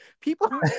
People